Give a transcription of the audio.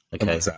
Okay